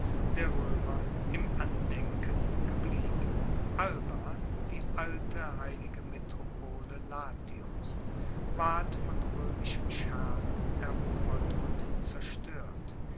der roemer im andenken geblieben alba die alte heilige metropole latiums ward von roemischen scharen erobert und zerstoert